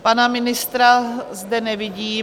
Pana ministra zde nevidím.